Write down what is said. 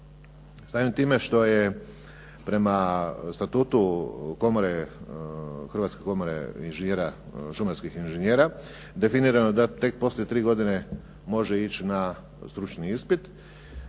Samim time što je prema Statutu Hrvatske komore šumarskih inženjera definirano da tek poslije 3 godine može ići na stručni ispit,